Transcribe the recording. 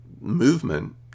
movement